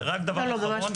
רק דבר אחרון.